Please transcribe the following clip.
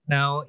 Now